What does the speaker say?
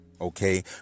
Okay